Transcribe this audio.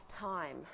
time